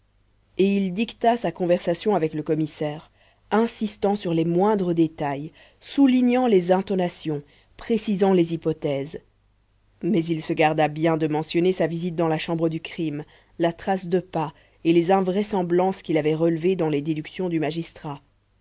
et il dicta sa conversation avec le commissaire insistant sur les moindres détails soulignant les intonations précisant les hypothèses mais il se garda bien de mentionner sa visite dans la chambre du crime la trace de pas et les invraisemblances qu'il avait relevées dans les déductions du magistrat